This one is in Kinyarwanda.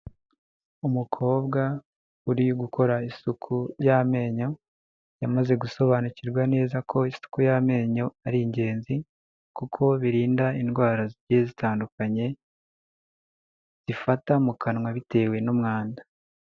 Umukobwa uri gukora isuku y'amenyo yamaze gusobanukirwa neza ko isuku y'amenyo ari ingenzi kuko birinda indwara zitandukanye, zifata mu kanwa bitewe n'umwanda.